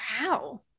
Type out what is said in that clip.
Wow